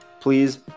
Please